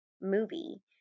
movie